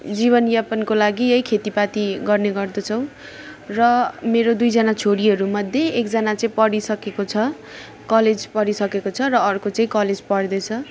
जीवनयापनको लागि यही खेतीपाती गर्ने गर्दछौँ र मेरो दुइजना छोरीहरू मध्ये एकजना चाहिँ पढिसकेको छ कलेज पढिसकेको छ र अर्को चाहिँ कलेज पढ्दैछ